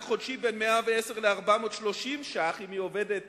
חודשי בין 110 ל-430 שקלים אם היא עומדת